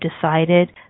decided